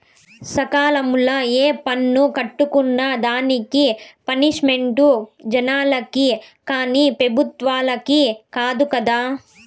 సకాలంల ఏ పన్ను కట్టుకున్నా దానికి పనిష్మెంటు జనాలకి కానీ పెబుత్వలకి కాదు కదా